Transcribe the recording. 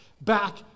back